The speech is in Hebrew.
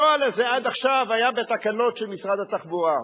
הנוהל הזה עד עכשיו היה בתקנות של משרד התחבורה,